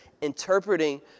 interpreting